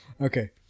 Okay